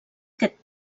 aquest